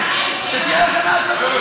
זה יקרה.